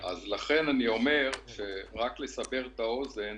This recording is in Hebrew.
לכן אני אומר רק לסבר את האוזן,